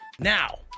Now